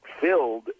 filled